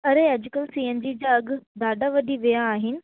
अरे अॼुकल्ह C N G जा अघु ॾाढा वधी विया आहिनि